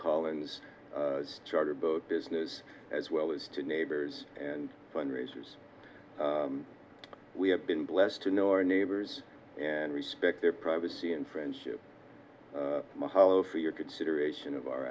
collins charter boat business as well as to neighbors and fundraisers we have been blessed to know our neighbors and respect their privacy and friendship mahalo for your consideration of our